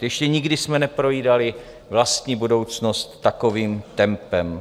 Ještě nikdy jsme neprojídali vlastní budoucnost takovým tempem.